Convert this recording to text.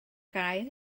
gael